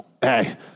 hey-